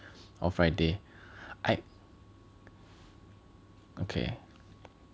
or friday I okay